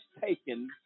taken